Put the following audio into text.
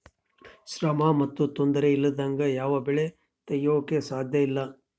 ಶ್ರಮ ಮತ್ತು ತೊಂದರೆ ಇಲ್ಲದಂಗೆ ಯಾವ ಬೆಳೆ ತೆಗೆಯಾಕೂ ಸಾಧ್ಯಇಲ್ಲ